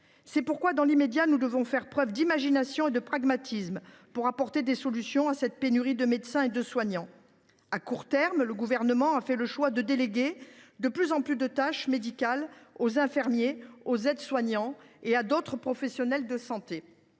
C’est pourquoi, dans l’immédiat, nous devons faire preuve d’imagination et de pragmatisme pour apporter des solutions à la pénurie de médecins et de soignants. À court terme, le Gouvernement a fait le choix de déléguer de plus en plus de tâches médicales aux infirmiers, aux aides soignants et à d’autres professionnels de santé.